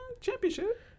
Championship